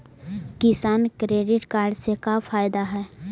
किसान credit card से का फायदा है?